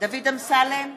דוד אמסלם,